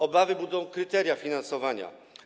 Obawy budzą kryteria finansowania.